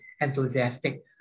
enthusiastic